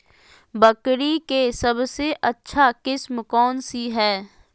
बकरी के सबसे अच्छा किस्म कौन सी है?